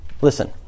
Listen